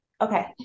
Okay